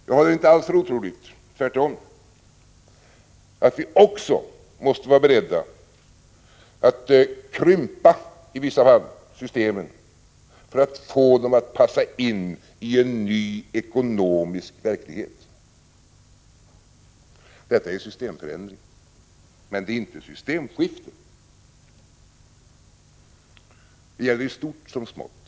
Jag håller inte alls för otroligt — tvärtom — att vi också måste vara beredda tt krympa systemen i vissa fall för att få dem att passa in i en ny ekonomisk erklighet. Detta är en systemförändring, men inte ett systemskifte. Det äller i stort som smått.